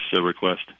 request